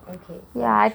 okay